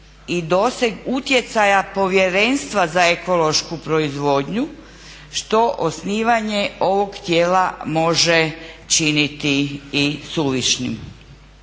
utjecaja povjerenstva za ekološku proizvodnju što osnivanje ovog tijela može činiti i suvišnim.